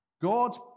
God